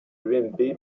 l’ump